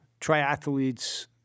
triathletes